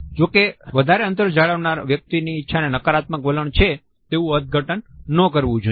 જો કે વધારે અંતર જાળવનાર વ્યક્તિની ઇચ્છાને નકારાત્મક વલણ છે તેવું અર્થઘટન ન કરવું જોઈએ